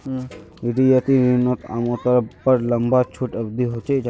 रियायती रिनोत आमतौर पर लंबा छुट अवधी होचे